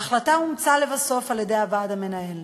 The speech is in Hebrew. ההחלטה אומצה לבסוף על-ידי הוועד המנהל,